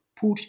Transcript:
put